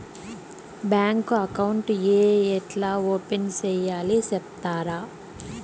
Bank account ఏ ఎట్లా open సేయాలి సెప్తారా?